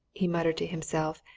he muttered to himself,